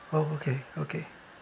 oh okay okay